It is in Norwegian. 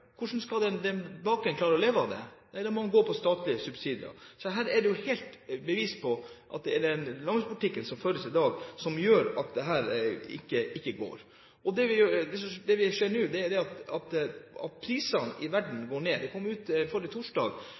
hvordan skal den bakeren klare å leve av det? Ellers må man gå på statlige subsidier. Dette er et bevis på at det er den landbrukspolitikken som føres i dag, som gjør at det ikke går. Det vi ser nå, er at prisene i verden går ned. Det kom forrige torsdag